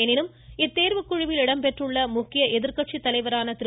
எனினும் இத்தேர்வுக் குழுவில் இடம்பெற்றுள்ள முக்கிய எதிர்க்கட்சித்தலைவரான திரு